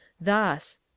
thus